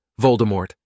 Voldemort